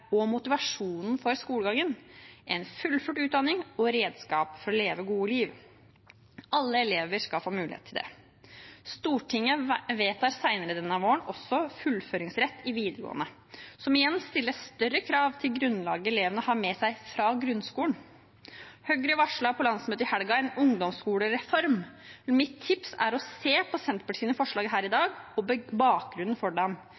og motivasjonen for skolegangen: en fullført utdanning og redskap for å leve et godt liv. Alle elever skal få mulighet til det. Stortinget vedtar senere denne våren en fullføringsrett i videregående, som igjen stiller større krav til grunnlaget elevene har med seg fra grunnskolen. Høyre varslet på landsmøtet i helgen en ungdomsskolereform. Mitt tips er å se på Senterpartiets forslag her i dag og bakgrunnen for dem.